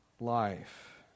life